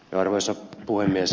arvoisa puhemies